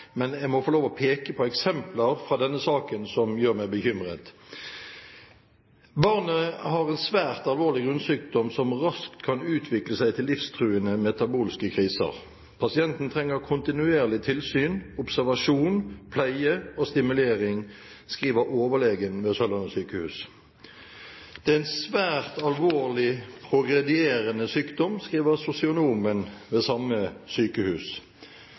men jeg må få lov til å peke på eksempler fra denne saken som gjør meg bekymret. Barnet har en svært alvorlig grunnsykdom som raskt kan utvikle seg til livstruende metabolske kriser. Pasienten trenger kontinuerlig tilsyn, observasjon, pleie og stimulering, skriver overlegen ved Sørlandet sykehus. Det er en svært alvorlig progredierende sykdom, skriver sosionomen ved samme sykehus.